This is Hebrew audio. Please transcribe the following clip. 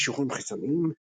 קישורים חיצוניים ==